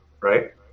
Right